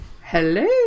Hello